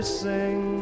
sing